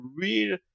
real